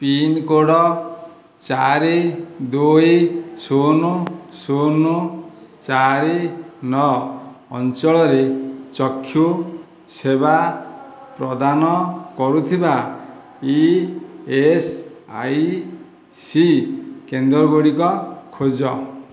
pincode ଚାରି ଦୁଇ ଶୂନ ଶୂନ ଚାରି ନଅ ଅଞ୍ଚଳରେ ଚକ୍ଷୁ ସେବା ପ୍ରଦାନ କରୁଥିବା ଇଏସ୍ଆଇସି କେନ୍ଦ୍ରଗୁଡ଼ିକ ଖୋଜ